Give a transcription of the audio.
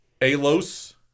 alos